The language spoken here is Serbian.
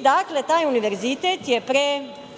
Dakle, taj univerzitet je pre